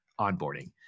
onboarding